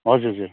हजुर हजुर